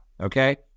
okay